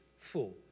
full